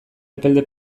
epelde